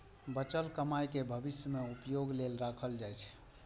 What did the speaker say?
बचल कमाइ कें भविष्य मे उपयोग लेल राखल जाइ छै